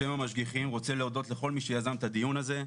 בשם כל המשגיחים רוצה להודות לכל מי שיזם את הדיון הזה,